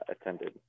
attended